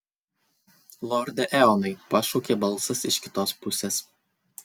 lorde eonai pašaukė balsas iš kitos pusės